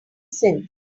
since